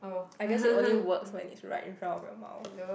I guess it only works when it's right in front of your mouth